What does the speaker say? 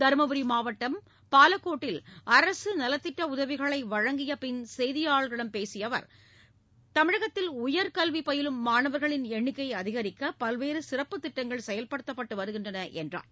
தருமபுரி மாவட்டம் பாலக்கோட்டில் அரசு நலத்திட்ட உதவிகளை வழங்கிய பின் செய்தியாளர்களிடம் பெயர் தமிழகத்தில் உயர்கல்வி பயிலும் மாணவர்களின் எண்ணிக்கையை அதிகரிக்க பல்வேறு சிறப்புத் திட்டங்கள் செயல்படுத்தப்பட்டு வருகிறது என்றார்